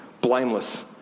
blameless